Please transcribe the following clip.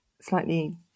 slightly